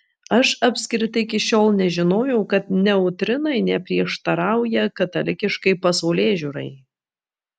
aš apskritai iki šiol nežinojau kad neutrinai neprieštarauja katalikiškai pasaulėžiūrai